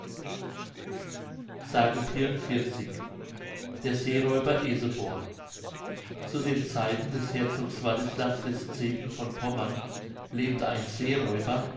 s der seeräuber eseborn zu den zeiten des herzogs wartislav x von pommern lebte ein seeräuber